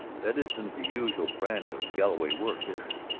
that isn't the usual brand of galloway work, is it?